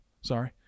sorry